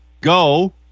go